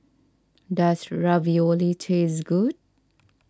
does Ravioli taste good